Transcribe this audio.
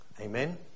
Amen